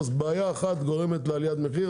בעיה אחת תגרום לעליית מחיר,